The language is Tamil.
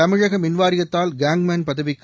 தமிழக மின்வாரியத்தால் கேங்மேன் பதவிக்கு